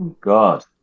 God